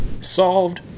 Solved